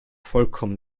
vollkommen